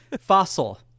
Fossil